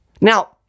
Now